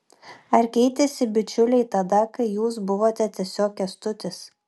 ar keitėsi bičiuliai tada kai jūs buvote tiesiog kęstutis